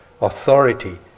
authority